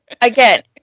Again